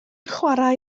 chwarae